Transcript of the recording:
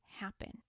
happen